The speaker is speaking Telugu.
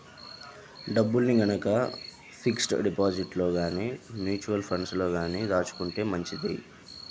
డబ్బుల్ని గనక ఫిక్స్డ్ డిపాజిట్లలో గానీ, మ్యూచువల్ ఫండ్లలో గానీ దాచుకుంటే మంచిది